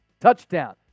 touchdown